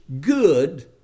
good